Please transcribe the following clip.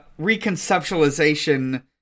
reconceptualization